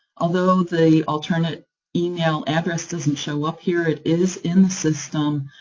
although the alternate email address doesn't show up here, it is in the system,